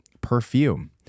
perfume